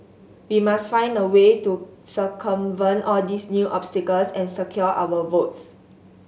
we must find a way to circumvent all these new obstacles and secure our votes